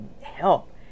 help